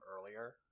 earlier